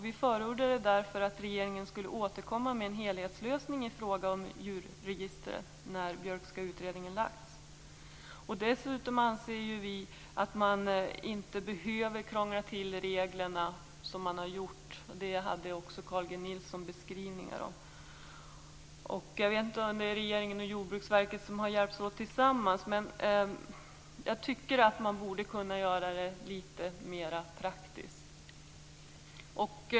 Vi förordar därför att regeringen skulle återkomma med en helhetslösning i fråga om djurregister när Björkska utredningens förslag framlagts. Dessutom anser vi att man inte behöver krångla till reglerna som man har gjort. Det hade också Carl G Nilsson beskrivningar om. Jag vet inte om regeringen och Jorbruksverket har hjälpts åt, men jag tycker att man borde kunna göra det litet mera praktiskt.